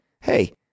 Hey